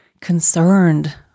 concerned